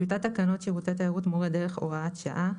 טיוטת תקנות שירותי תיירות (מורי דרך) (הוראת שעה),